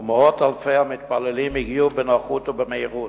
ומאות אלפי המתפללים הגיעו בנוחות ובמהירות.